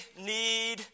need